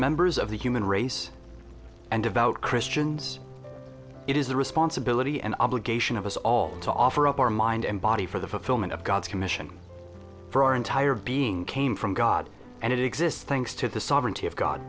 members of the human race and devout christians it is the responsibility and obligation of us all to offer up our mind and body for the fulfillment of god's commission for our entire being came from god and it exists thanks to the sovereignty of god